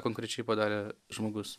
konkrečiai padarė žmogus